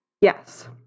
Yes